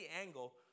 angle